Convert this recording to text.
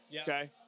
Okay